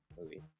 movie